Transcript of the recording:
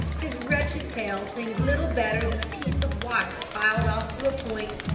his wretched tail seemed little better than a piece of wire filed off to a point,